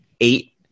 eight